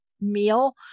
meal